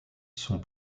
sont